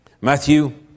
Matthew